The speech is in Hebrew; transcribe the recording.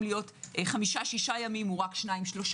להיות חמישה-שישה ימים הוא רק יומיים-שלושה.